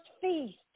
feast